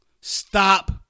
stop